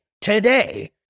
today